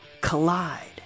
Collide